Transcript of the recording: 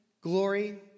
glory